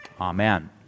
amen